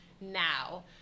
now